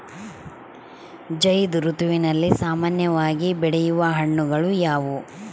ಝೈಧ್ ಋತುವಿನಲ್ಲಿ ಸಾಮಾನ್ಯವಾಗಿ ಬೆಳೆಯುವ ಹಣ್ಣುಗಳು ಯಾವುವು?